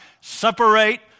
separate